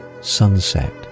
sunset